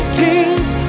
kings